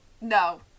No